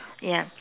ya